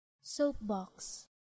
Soapbox